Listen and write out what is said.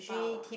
bao ah